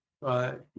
Right